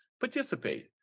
Participate